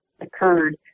occurred